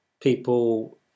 people